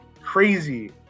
crazy